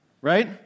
Right